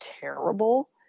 terrible